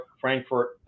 Frankfurt